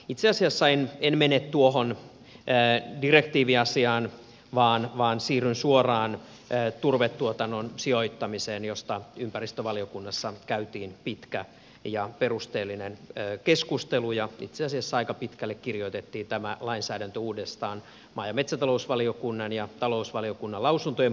itse asiassa en mene tuohon direktiiviasiaan vaan siirryn suoraan turvetuotannon sijoittamiseen josta ympäristövaliokunnassa käytiin pitkä ja perusteellinen keskustelu ja itse asiassa aika pitkälle kirjoitettiin tämä lainsäädäntö uudestaan maa ja metsätalousvaliokunnan ja talousvaliokunnan lausuntojen pohjalta